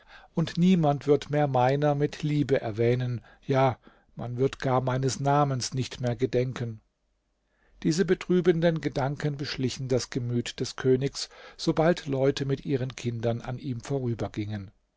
und niemand wird mehr meiner mit liebe erwähnen ja man wird gar meines namens nicht mehr gedenken diese betrübenden gedanken beschlichen das gemüt des königs sobald leute mit ihren kindern an ihm vorübergingen